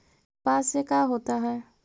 कपास से का होता है?